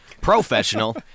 professional